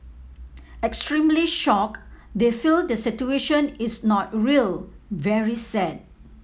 extremely shocked they feel the situation is not real very sad